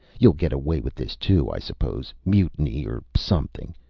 you'll get away with this, too, i suppose. mutiny, or something.